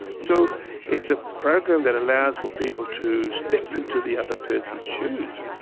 so it's a program that allows for people to step into the other person's shoes,